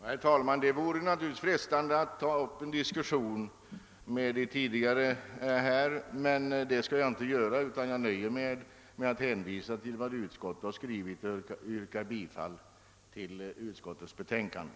Herr talman! Det vore naturligtvis frestande att ta upp en diskussion med de tidigare talarna, men det skall jag inte göra, utan jag nöjer mig med att hänvisa till vad utskottet skrivit i sitt utlåtande och yrkar bifall till utskottets betänkande.